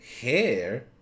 HAIR